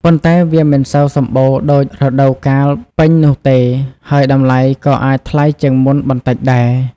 ប៉ុន្តែវាមិនសូវសម្បូរដូចរដូវកាលពេញនោះទេ ហើយតម្លៃក៏អាចថ្លៃជាងមុនបន្តិចដែរ។